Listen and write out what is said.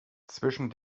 zwischen